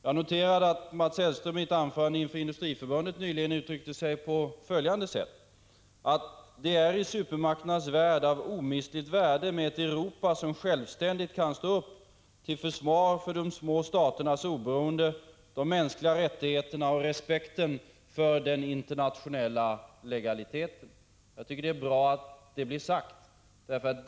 Jag noterade att Mats Hellström i ett anförande inför Industriförbundet nyligen uttryckte sig så här: Det är i supermakternas värld av omistligt värde med ett Europa som självständigt kan stå upp till försvar — Prot. 1985/86:140 för de små staternas oberoende, de mänskliga rättigheterna och respekten 14 maj 1986 för den internationella legaliteten. Jag tycker det är bra att detta blir sagt.